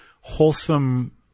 wholesome